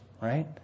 right